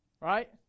Right